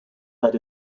that